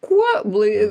kuo blai